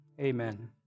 Amen